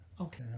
Okay